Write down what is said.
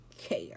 Care